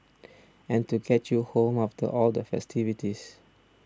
and to get you home after all the festivities